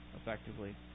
effectively